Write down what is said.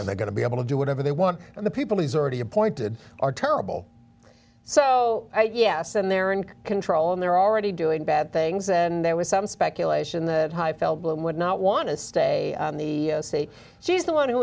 and they're going to be able to do whatever they want and the people he's already appointed are terrible so yes and they're in control and they're already doing bad things and there was some speculation the high feldblum would not want to stay in the state she's the one who